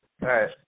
right